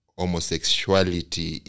homosexuality